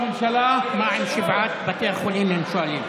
אנחנו, הממשלה, מה עם שבעת בתי החולים, הם שואלים?